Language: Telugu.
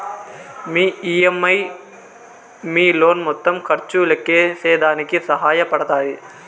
మీ ఈ.ఎం.ఐ మీ లోన్ మొత్తం ఖర్చు లెక్కేసేదానికి సహాయ పడతాది